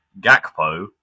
Gakpo